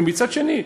ומצד שני,